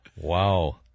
Wow